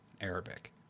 Arabic